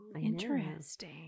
interesting